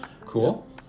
Cool